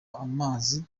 amazi